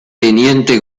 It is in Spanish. teniente